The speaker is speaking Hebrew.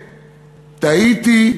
טעיתי,